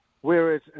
whereas